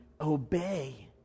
obey